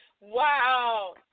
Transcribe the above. Wow